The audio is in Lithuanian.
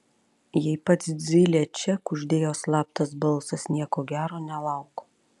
jei pats zylė čia kuždėjo slaptas balsas nieko gero nelauk